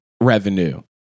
Revenue